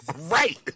Right